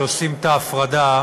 שעושים את ההפרדה